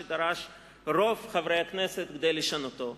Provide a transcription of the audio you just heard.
שנדרש רוב חברי הכנסת כדי לשנותו,